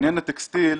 לעניין הטקסטיל.